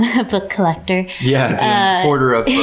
a book collector. yeah a hoarder of